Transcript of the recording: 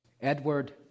Edward